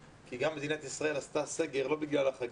כי מדינת ישראל עשתה סגר לא בגלל החגים.